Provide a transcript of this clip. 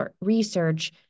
research